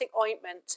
ointment